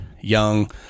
young